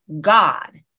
God